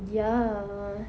ya